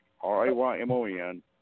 R-A-Y-M-O-N